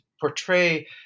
portray